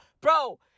Bro